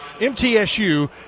MTSU